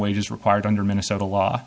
wages required under minnesota law